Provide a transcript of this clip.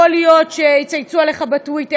יכול להיות שיצייצו עליך בטוויטר.